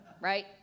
Right